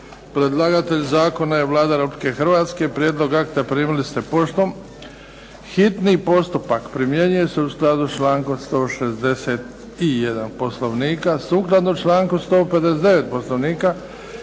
Predlagatelj zakona je Vlada Republike Hrvatske. Prijedlog akta primili ste poštom. Hitni postupak primjenjuje se u skladu sa člankom 161. Poslovnika. Sukladno članku 159. Poslovnika